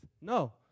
No